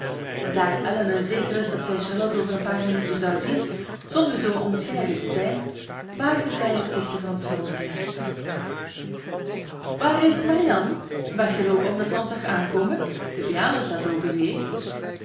daar elinor zeker wist dat zij charlotte over een paar minuten zou zien zonder zoo onbescheiden te zijn waagde zij het zich te verontschuldigen waar is marianne weggeloopen omdat ze ons zag aan komen de piano staat open zie